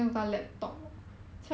ya lor